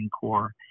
Corps